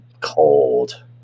cold